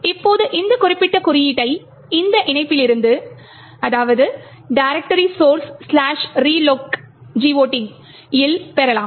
இப்போது இந்த குறிப்பிட்ட குறியீட்டை இந்த இணைப்பிலிருந்து directory source relocgot இல் பெறலாம்